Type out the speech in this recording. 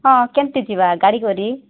ହଁ କେମିତି ଯିବା ଗାଡ଼ି କରି